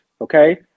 Okay